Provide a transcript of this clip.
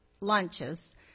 lunches